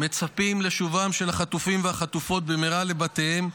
מצפה לשובם של החטופים והחטופות במהרה לבתיהם,